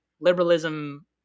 liberalism